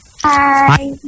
Hi